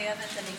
מתחייבת אני